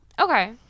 Okay